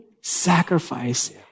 sacrifice